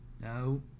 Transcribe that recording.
No